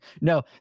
No